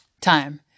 time